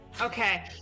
Okay